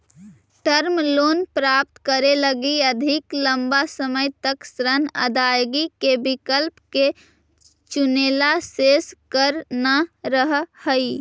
term loan प्राप्त करे लगी अधिक लंबा समय तक ऋण अदायगी के विकल्प के चुनेला शेष कर न रहऽ हई